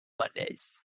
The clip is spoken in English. mondays